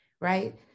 right